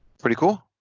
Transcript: pretty cool